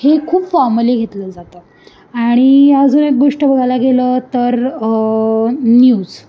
हे खूप फॉर्मली घेतलं जातं आणि अजून एक गोष्ट बघायला गेलं तर न्यूज